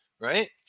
Right